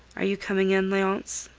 are you coming in, leonce?